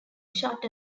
shot